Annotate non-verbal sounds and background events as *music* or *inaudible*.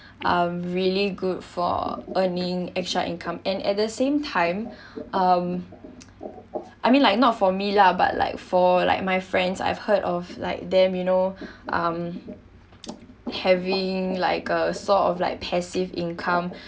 um really good for earning extra income and at the same time um *noise* I mean like not for me lah but like for like my friends I've heard of like them you know um *noise* having like a sort of like passive income